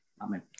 Amen